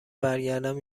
برگردم